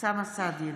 אוסאמה סעדי,